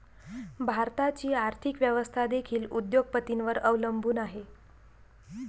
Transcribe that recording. भारताची आर्थिक व्यवस्था देखील उद्योग पतींवर अवलंबून आहे